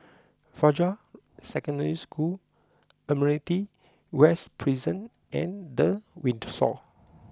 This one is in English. Fajar Secondary School Admiralty West Prison and The Windsor